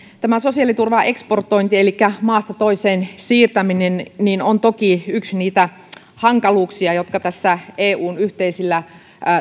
tämä sosiaaliturvan eksportointi elikkä maasta toiseen siirtäminen on toki yksi niitä hankaluuksia joita tässä eun yhteisillä